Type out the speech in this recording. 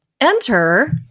Enter